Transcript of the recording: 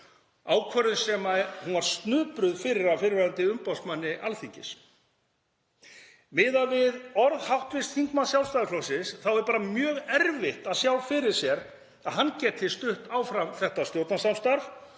ákvörðun sem hún var snupruð fyrir af fyrrverandi umboðsmanni Alþingis. Miðað við orð hv. þingmanns Sjálfstæðisflokksins er bara mjög erfitt að sjá fyrir sér að hann geti stutt áfram þetta stjórnarsamstarf